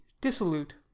dissolute